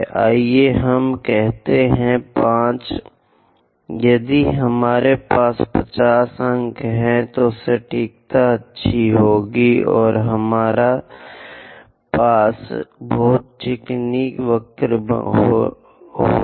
आइए हम कहते हैं 5 यदि हमारे पास 50 अंक हैं तो सटीकता अच्छी होगी और हमारे पास बहुत चिकनी वक्र होगा